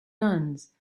nuns